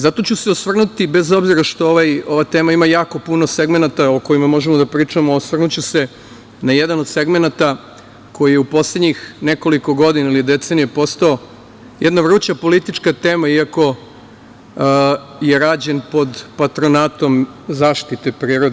Zato ću se osvrnuti, bez obzira što ova tema ima jako puno segmenata o kojima možemo da pričamo, na jedan od segmenata koji je u poslednjih nekoliko godina ili decenija postao jedana vruća politička tema, iako je rađen pod patronatom zaštite prirode.